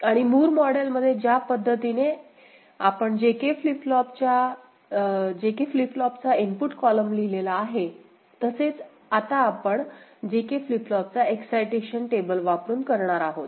आणि Moore model मध्ये ज्या पद्धतीने आपण JK फ्लिप फ्लॉपचा इनपुट कॉलम लिहिलेला आहे तसेच आपण आता JK फ्लिप फ्लॉपचा एक्ससायटेशन टेबल वापरून करणार आहोत